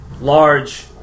large